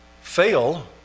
fail